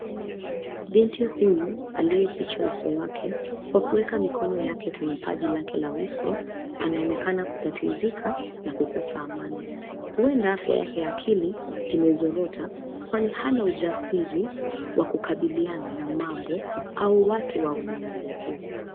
Binti huyu aliyeficha uso wake ,kwa kuweka mikono yake kwenye paji lake ya uso, anaonekana kutatizika na kukosa amani. Huenda afya yake ya akili imezorota kwani hana ujasiri wa kukabiliana na mambo au watu wa ulimwengu huu.